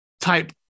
type